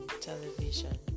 television